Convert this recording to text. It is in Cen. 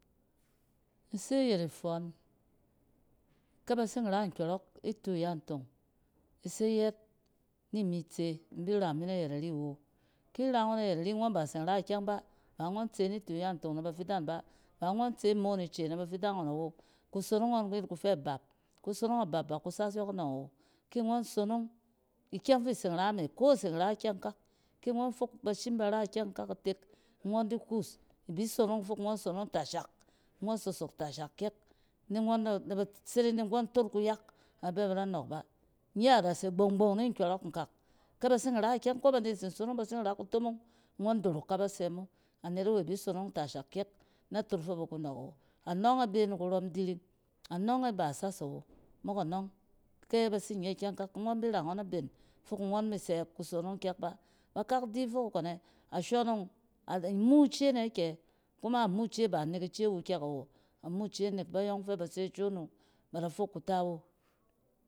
In se yɛt ifↄↄn. kɛ bat sin ra nkyↄrↄk nit u ya ntong ise yɛɛt ni mi tse in bi ramin ayɛt ari wo. Ki ra’ngↄn ayɛt ari ngↄn bat sin ra ikyɛng ba, ba ngↄn tse nitu ya ntong ba bafidan ba, ba ngↄn tse moon ice na ba fidang ngↄn awo, kusonong ngↄn kuyet ku fɛ bap. Kusonong abap ba ku sas yↄkↄnↄng awo. Ki ngↄn sonong, ikyɛng fi itsin ra me, ko tsin ra kyɛng kak, ki ngↄn fok ba shim bar a ikyɛng kak itek, ngↄn di kus, ibi sonong fok ngↄn sonong tashak, ngↄn sosok tashak kyɛk ni ngↄn se de ni ngↄn tot kuyak na ba bɛ ba da nↄↄk ba. Nye ya da se gbong-gbong ni nkyↄrↄk inkak. Kyɛ bat sin ra kutomong, ngↄn dirok k aba sɛ mo. Anet awe bi sonong tashak kyɛk na tot fok na ba ku nↄↄk awo. Anↄng e be ni kurↄm diring, anɔng e bas as awo. Mok anɔng ke bat sin nye kyɛng kak, ngɔn bi ra’ngɔn a ben fok ngɔn sɛ kusonong kyɛk ba. Ba kak di fiok kɔnɛ ashɔn ɔng a da muu ce nɛ kɛ? Kuma a muu ce ba nek ice wu kyɛk awo. A muu ce nek bayɔng fɛ ba se shon wu ba da fok kuta wu.